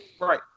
Right